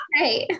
Right